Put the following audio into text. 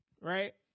right